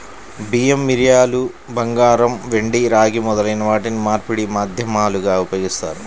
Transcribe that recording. బియ్యం, మిరియాలు, బంగారం, వెండి, రాగి మొదలైన వాటిని మార్పిడి మాధ్యమాలుగా ఉపయోగిస్తారు